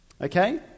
Okay